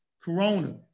Corona